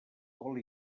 col